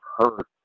hurt